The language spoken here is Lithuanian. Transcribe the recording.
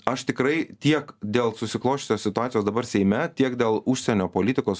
aš tikrai tiek dėl susiklosčiusios situacijos dabar seime tiek dėl užsienio politikos